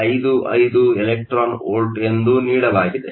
55 electron volt ಎಂದು ನೀಡಲಾಗಿದೆ